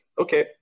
Okay